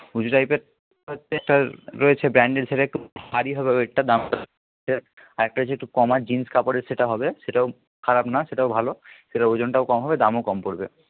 উঁচু টাইপের একটা রয়েছে ব্র্যান্ডেড সেটা একটু ভারী হবে ওইটার দামটা আরেকটা আছে একটু কমা জিন্স কাপড়ের সেটা হবে সেটাও খারাপ না সেটাও ভালো সেটা ওজনটাও কম হবে দামও কম পড়বে